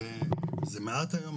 זה מעט היום,